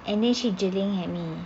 and then she jeling at me